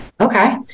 okay